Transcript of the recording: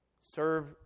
Serve